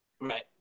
right